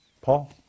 Paul